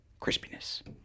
crispiness